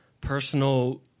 personal